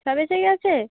সব এসে গেছে